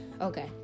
Okay